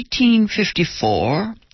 1854